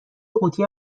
قوطی